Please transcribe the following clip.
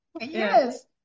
yes